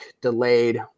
delayed